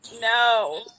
No